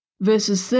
Verses